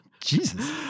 Jesus